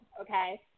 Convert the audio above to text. Okay